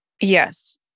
Yes